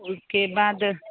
उसके बाद